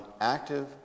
active